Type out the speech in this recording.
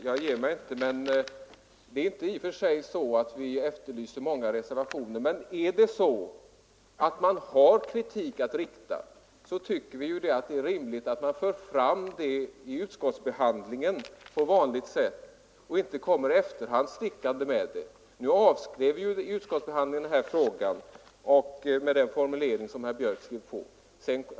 tens fordran för Herr talman! Jag ger mig inte. försäljning av visst Vi efterlyser inte ett stort antal reservationer. Men har man kritik att örlogsfartyg till rikta, är det rimligt att man för fram den i utskottsbehandlingen på Chile vanligt sätt och inte kommer stickande i efterhand. I utskottsbe själv anslutit sig till.